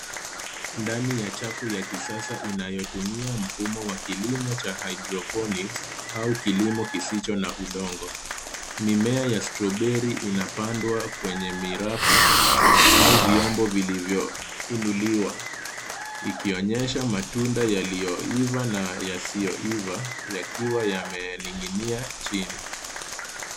Ndani ya chafu ya kisasa inayotumia mfumo wa kilimo cha hydropolics au kilimo kisicho na udongo. Mimea ya stroberi inapandwa kwenye mirafu au vyombo vilivyoinuliwa, ikionyesha matunda yaliyoiva na yasiyoiva, yakiwa yamening'inia chini.